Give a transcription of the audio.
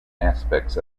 aspects